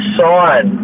sign